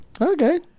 Okay